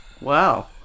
Wow